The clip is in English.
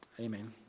Amen